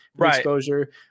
exposure